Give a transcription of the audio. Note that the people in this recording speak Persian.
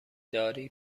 داری